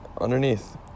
underneath